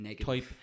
type